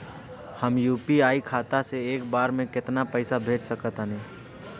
हम यू.पी.आई खाता से एक बेर म केतना पइसा भेज सकऽ तानि?